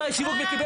חי שיווק מקבל